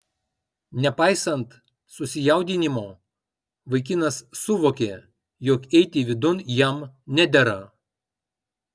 nepaisant susijaudinimo vaikinas suvokė jog eiti vidun jam nedera